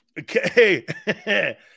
Okay